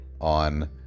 on